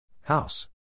House